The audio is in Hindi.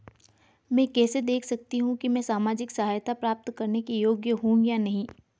मैं कैसे देख सकती हूँ कि मैं सामाजिक सहायता प्राप्त करने के योग्य हूँ या नहीं?